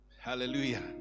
Hallelujah